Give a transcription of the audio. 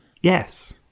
Yes